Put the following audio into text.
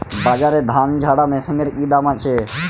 বাজারে ধান ঝারা মেশিনের কি দাম আছে?